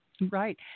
Right